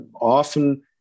often